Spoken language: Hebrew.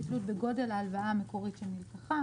כתלות בגודל ההלוואה המקורית שנלקחה,